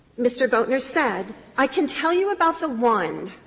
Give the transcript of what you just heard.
mr. boatner said i can tell you about the one,